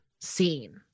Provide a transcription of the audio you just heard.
scene